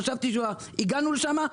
חשבתי שהגענו לשם,